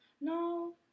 No